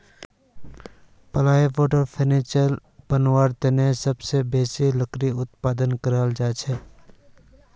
plywood आर furniture बनव्वार तने सबसे बेसी लकड़ी उत्पादन कराल जाछेक